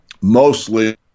mostly